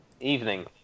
Evening